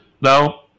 Now